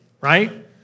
right